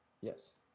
Yes